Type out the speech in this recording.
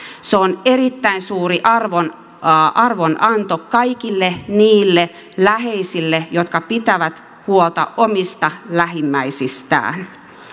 se on erittäin suuri arvonanto kaikille niille läheisille jotka pitävät huolta omista lähimmäisistään